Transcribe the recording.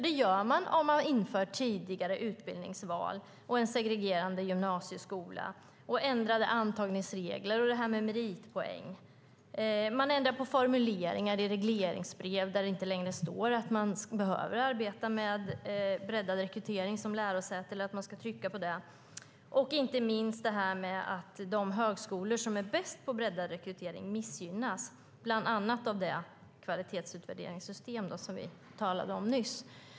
Det gör man om man inför tidigare utbildningsval, en segregerande gymnasieskola, ändrade antagningsregler och detta med meritpoäng. Man ändrar på formuleringar i regleringsbrev där det inte längre står att man behöver arbeta med breddad rekrytering som lärosäte. Inte minst missgynnas också de högskolor som är bäst på breddad rekrytering bland annat av det kvalitetsutvärderingssystem som vi talade om nyss.